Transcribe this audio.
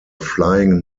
flying